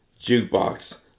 jukebox